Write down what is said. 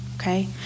okay